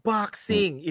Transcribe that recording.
Boxing